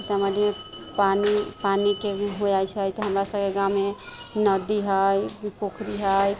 सीतामढ़ीमे पानि पानिकेँ भी हो जाइत छै तऽ हमरा सभकेँ गाँवमे नदी हय पोखरि हय